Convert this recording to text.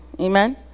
Amen